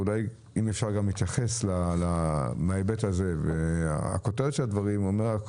ואולי אפשר להתייחס מההיבט הזה הכותרת של הדברים אומרת,